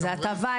איזו הטבה,